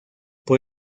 por